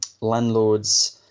landlords